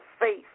faith